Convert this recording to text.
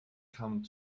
come